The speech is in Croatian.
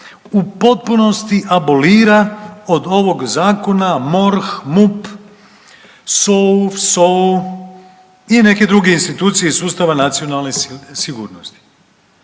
u potpunosti abolira od ovoga zakona MORH, MUP, SOA-u, … i neke druge institucije iz sustava nacionale sigurnosti.